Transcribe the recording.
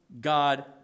God